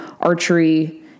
archery